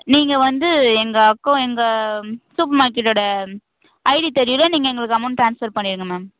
நீங்கள் வந்து எங்கள் அக்கோ எங்கள் சூப்பர் மார்க்கெட்டோட ஐடி தெரியும்ல நீங்கள் எங்களுக்கு அமௌண்ட் ட்ரான்ஸ்பர் பண்ணிவிடுங்க மேம்